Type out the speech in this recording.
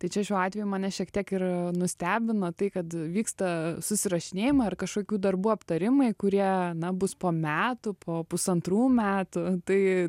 tai čia šiuo atveju mane šiek tiek ir nustebino tai kad vyksta susirašinėjimai ar kažkokių darbų aptarimai kurie na bus po metų po pusantrų metų tai